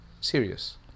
serious